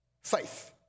faith